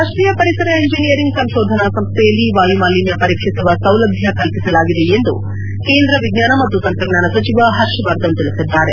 ರಾಷ್ಷೀಯ ಪರಿಸರ ಇಂಜಿನಿಯರಿಂಗ್ ಸಂಶೋಧನಾ ಸಂಶ್ಹೆಯಲ್ಲಿ ವಾಯುಮಾಲಿನ್ನ ಪರೀಕ್ಷಿಸುವ ಸೌಲಭ್ಯ ಕಲ್ಪಿಸಲಾಗಿದೆ ಎಂದು ಕೇಂದ್ರ ವಿಜ್ಞಾನ ಮತ್ತು ತಂತ್ರಜ್ಞಾನ ಸಚಿವ ಹರ್ಷವರ್ಧನ್ ತಿಳಿಸಿದ್ದಾರೆ